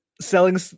selling